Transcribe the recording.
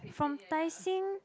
from Tai-Seng